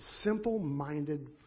simple-minded